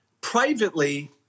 privately